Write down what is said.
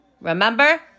Remember